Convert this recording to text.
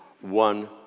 one